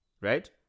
right